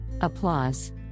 Applause